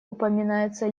упоминаются